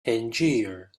tangier